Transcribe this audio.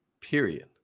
Period